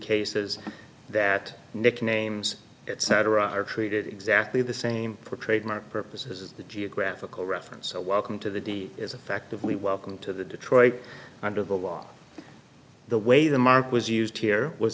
cases that nicknames etc are treated exactly the same for trademark purposes the geographical reference a welcome to the dea is effectively welcome to the detroit under the law the way the mark was used here was